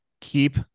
keep